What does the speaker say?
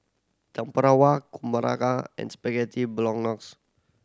Tempura and Spaghetti Bolognese